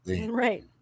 Right